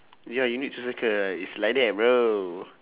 ya you need to circle ah it's like that bro